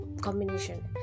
combination